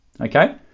okay